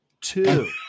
two